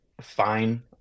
fine